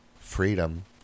freedom